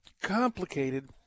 complicated